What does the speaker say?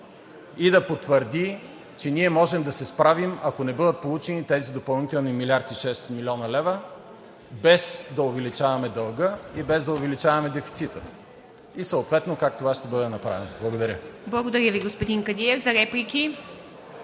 и да потвърди, че ние можем да се справим, ако не бъдат получени тези допълнителни 1 млрд. 600 млн. лв., без да увеличаваме дълга и без да увеличаваме дефицита и съответно как това ще бъде направено. Благодаря. ПРЕДСЕДАТЕЛ ИВА МИТЕВА: Благодаря Ви, господин Кадиев. За реплики?